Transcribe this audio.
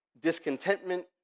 discontentment